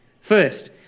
First